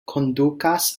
kondukas